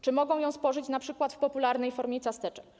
Czy mogą ją spożyć np. w popularnej formie ciasteczek?